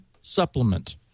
supplement